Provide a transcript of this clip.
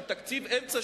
של תקציב אמצע-שנתי,